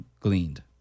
gleaned